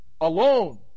alone